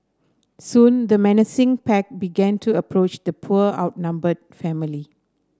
soon the menacing pack began to approach the poor outnumbered family